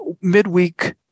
midweek